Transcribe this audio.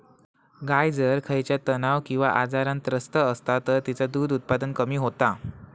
गाय जर खयच्या तणाव किंवा आजारान त्रस्त असात तर तिचा दुध उत्पादन कमी होता